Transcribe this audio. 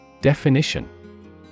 Definition